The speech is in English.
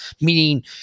meaning